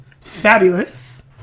fabulous